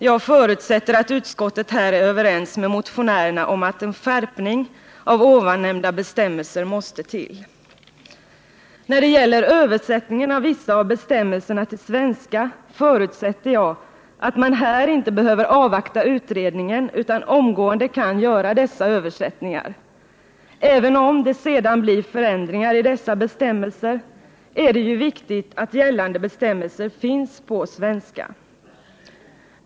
Jag förutsätter att utskottet här är överens med motionärerna — Anställningsskydd om att en skärpning av dessa bestämmelser måste till. När det gäller översättningen av vissa av bestämmelserna till svenska förutsätter jag att man här inte behöver avvakta utredningen utan omgående kan göra dessa översättningar. Även om det sedan blir förändringar i dessa bestämmelser, är det ju viktigt att gällande bestämmelser finns på svenska.